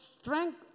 strength